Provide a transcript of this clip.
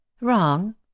Wrong